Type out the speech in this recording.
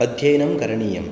अध्ययनं करणीयं